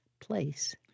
place